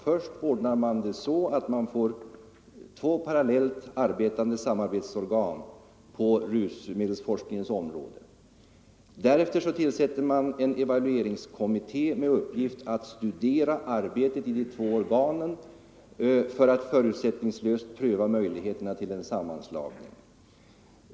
Först ordnade man det så att man får två parallellt arbetande samarbetsorgan på rusmedelsforskningens område. Därefter tillsätter man en evalueringskommité med uppgift att studera arbetet i de två organen för att förutsättningslöst pröva möjligheterna till en sammanslagning.